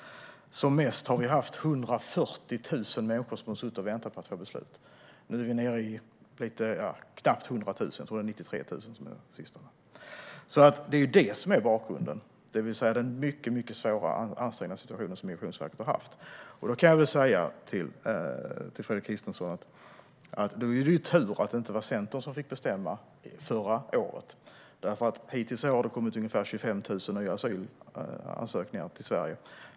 Som mest är det 140 000 människor som har väntat på att få beslut. Nu är man nere i knappt 100 000. Den senaste uppgiften var 93 000. Det är detta som är bakgrunden, det vill säga den mycket svåra och ansträngda situation som Migrationsverket har haft. Då vill jag säga till Fredrik Christensson att det var tur att det inte var Centern som fick bestämma förra året. Hittills i år har det kommit in ungefär 25 000 asylansökningar till Sverige.